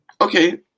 Okay